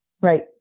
Right